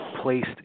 placed